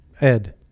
Ed